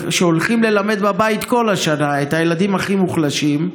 שהולכים ללמד מהבית כל השנה את הילדים הכי מוחלשים.